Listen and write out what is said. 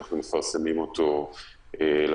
אנחנו מפרסמים אותו לציבור.